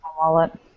wallet